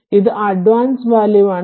അതിനാൽ അത് അഡ്വാൻസ് ആണ്